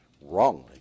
wrongly